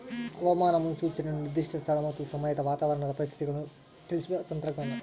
ಹವಾಮಾನ ಮುನ್ಸೂಚನೆಯು ನಿರ್ದಿಷ್ಟ ಸ್ಥಳ ಮತ್ತು ಸಮಯದ ವಾತಾವರಣದ ಪರಿಸ್ಥಿತಿಗಳನ್ನು ತಿಳಿಸುವ ತಂತ್ರಜ್ಞಾನ